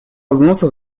взносов